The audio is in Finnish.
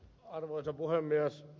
arvoisa puhemies